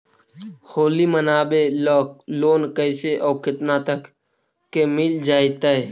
होली मनाबे ल लोन कैसे औ केतना तक के मिल जैतै?